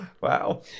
Wow